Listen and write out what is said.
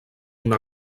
una